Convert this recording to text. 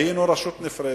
היינו רשות נפרדת,